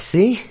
See